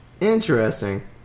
Interesting